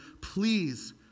please